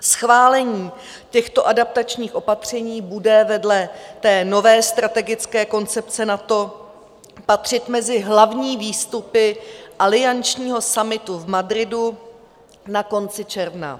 Schválení těchto adaptačních opatření bude vedle nové strategické koncepce NATO patřit mezi hlavní výstupy aliančního summitu v Madridu na konci června.